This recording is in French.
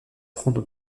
prendre